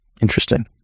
interesting